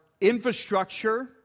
infrastructure